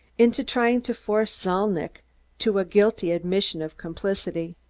into trying to force zalnitch to a guilty admission of complicity.